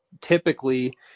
typically